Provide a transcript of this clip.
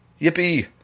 Yippee